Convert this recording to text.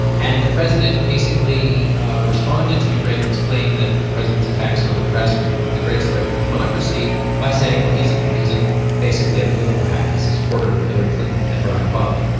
and the president basically responded to mcraven his claim that the president's attacks on the press were the the greatest threat to democracy by saying well he's a he's a basically a political hack he's a supporter of hillary clinton and barack obama.